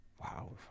Wow